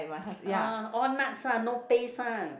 ah all nuts ah no paste ah